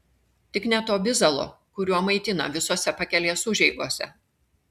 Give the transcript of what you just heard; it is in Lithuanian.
tik ne to bizalo kuriuo maitina visose pakelės užeigose